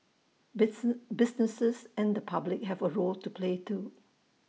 businesses and the public have A role to play too